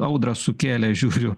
audrą sukėlė žiūriu